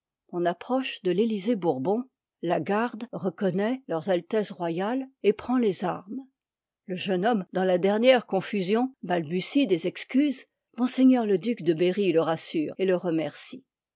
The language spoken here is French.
on approche de el bon la garde reconnoît ll aa rr et h par prend les armes le jeune homme dans la jliv tt dernière confusion balbuue des excuses m le duc de berry le rassure et le remercie